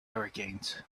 hurricanes